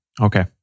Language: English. Okay